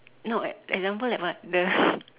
no ex~ example like what the